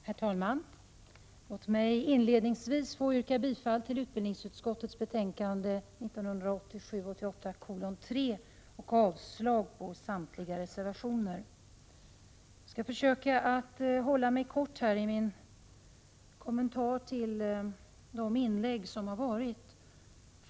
Herr talman! Låt mig inledningsvis få yrka bifall till utbildningsutskottets hemställan i betänkande 1987/88:3 och avslag på samtliga reservationer. Jag skall försöka att fatta mig kort i min kommentar till de inlägg som har gjorts.